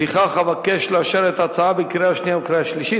לפיכך אבקש לאשר אותה בקריאה שנייה ובקריאה שלישית.